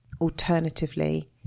Alternatively